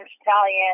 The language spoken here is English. Italian